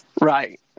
right